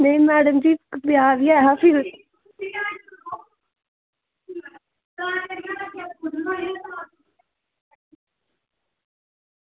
नेईं मैडम जी ब्याह् बी ऐहा ते